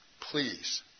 Please